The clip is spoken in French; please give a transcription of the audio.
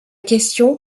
question